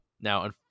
Now